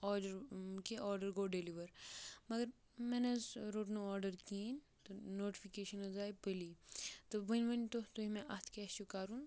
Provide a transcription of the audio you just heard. order کہِ order گوٚو deliver مگر مےٚ نہ حظ روٚٹ نہٕ آرڈَر کِہیٖنۍ تہٕ نوٹفِکیشَن حظ آے بٔلی تہٕ وۄنۍ ؤنۍ تو تُہۍ مےٚ اَتھ کیٛاہ حظ چھِ کَرُن